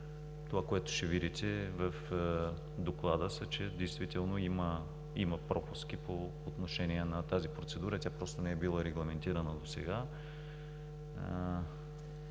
Това, което ще видите в доклада, е, че действително има пропуски по отношение на тази процедура – тя просто не е била регламентирана досега.